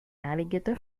alligator